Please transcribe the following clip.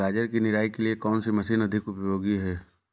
गाजर की निराई के लिए कौन सी मशीन अधिक उपयोगी है?